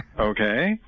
Okay